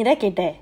கேட்ட:keta